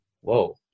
whoa